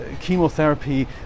chemotherapy